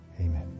Amen